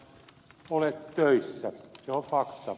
se on fakta